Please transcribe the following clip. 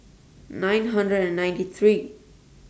nine hundred and ninety three